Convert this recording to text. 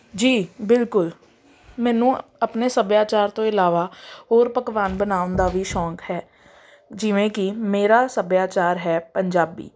ਜੀ ਬਿਲਕੁਲ ਮੈਨੂੰ ਆਪਣੇ ਸੱਭਿਆਚਾਰ ਤੋਂ ਇਲਾਵਾ ਹੋਰ ਪਕਵਾਨ ਬਣਾਉਣ ਦਾ ਵੀ ਸ਼ੌਂਕ ਹੈ ਜਿਵੇਂ ਕਿ ਮੇਰਾ ਸੱਭਿਆਚਾਰ ਹੈ ਪੰਜਾਬੀ